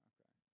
Okay